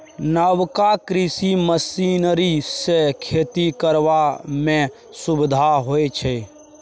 नबका कृषि मशीनरी सँ खेती करबा मे सुभिता होइ छै